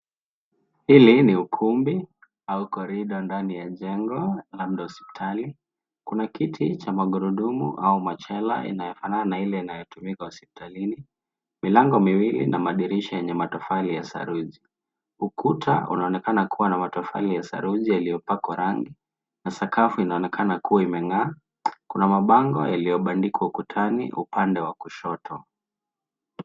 Hili ni ukumbi au korido ndani ya jengo labda hospitali. Kuna kiti cha magurudumu au machela inayofanana na ile inayotumika hospitalini. Milango miwili an madirisha yenye matofali ya saruji. Ukuta unaonekana kuwa na matofali ya saruji yaliyopakwa rangi na sakafu inaonekana kuwa imeng'aa. Kuna mabango yaliyobandikwa ukutani upande wa kushoto.